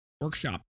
workshop